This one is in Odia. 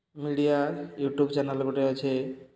ମିଡ଼ିଆ ୟୁଟ୍ୟୁବ୍ ଚେନାଲ୍ ଗୁଟେ ଅଛେ